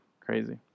crazy